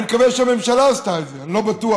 אני מקווה שהממשלה עשתה את זה, אני לא בטוח,